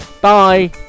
Bye